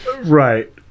Right